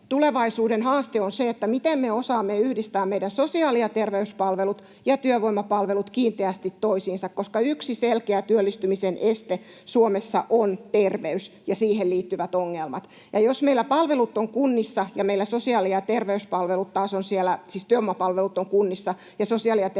tulevaisuuden haaste on se, miten me osaamme yhdistää meidän sosiaali- ja terveyspalvelut ja työvoimapalvelut kiinteästi toisiinsa, koska yksi selkeä työllistymisen este Suomessa on terveys ja siihen liittyvät ongelmat. Jos meillä työvoimapalvelut ovat kunnissa ja sosiaali- ja terveyspalvelut ovat siellä hyvinvointialueilla, niin tähän on rakennettava